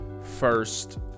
first